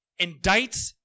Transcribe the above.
indicts